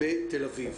בתל אביב.